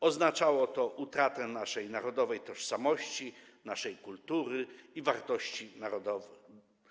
Oznaczało to utratę naszej narodowej tożsamości, naszej kultury i wartości narodowych.